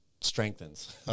strengthens